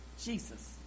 Jesus